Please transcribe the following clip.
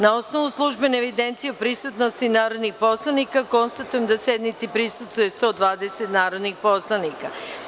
Na osnovu službene evidencije o prisutnosti narodnih poslanika, konstatujem da sednici prisustvuje 120 narodnih poslanika.